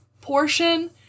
portion